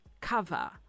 cover